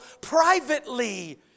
privately